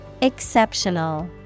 Exceptional